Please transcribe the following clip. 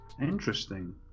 Interesting